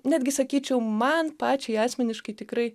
netgi sakyčiau man pačiai asmeniškai tikrai